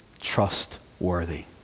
trustworthy